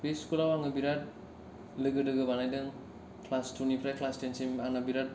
बे स्कुलाव आङो बिराथ लोगो दोगो बानायदों क्लास टु निफ्राय क्लास टेन सिम आंना बिराथ